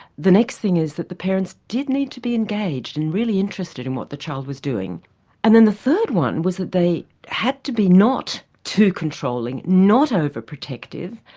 the next thing is that the parents did need to be engaged and really interested in what the child was doing and then the third one was that they had to be not too controlling, not over-protective,